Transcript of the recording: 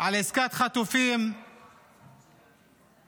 עסקת חטופים שמסתמנת,